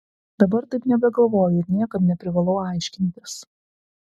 dabar taip nebegalvoju ir niekam neprivalau aiškintis